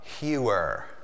Hewer